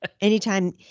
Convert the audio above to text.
anytime